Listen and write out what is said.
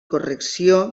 correcció